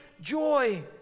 joy